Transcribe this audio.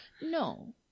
no